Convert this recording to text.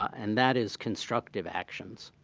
and that is constructive actions.